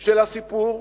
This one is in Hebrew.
של הסיפור,